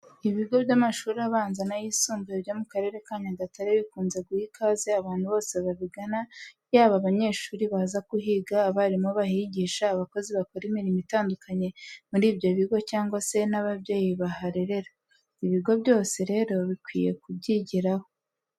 Ibigo by'amashuri abanza n'ayisumbuye byo mu karere ka Nyagatare bikunze guha ikaze abantu bose babigana yaba abanyeshuri baza kuhiga, abarimu bahigisha, abakozi bakora imirimo itandukanye muri ibyo bigo cyangwa se n'ababyeyi baharerera. Ibigo byose rero bikwiye kubyigiraho.